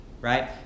right